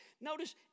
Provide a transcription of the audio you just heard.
Notice